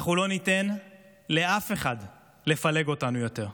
אנחנו לא ניתן לאף אחד לפלג אותנו יותר.